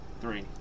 Three